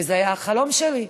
וזה היה החלום שלי.